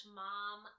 mom